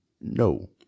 No